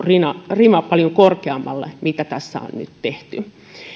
rima paljon korkeammalle kuin tässä on nyt tehty